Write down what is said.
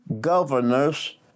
governors